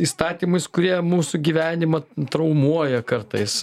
įstatymais kurie mūsų gyvenimą traumuoja kartais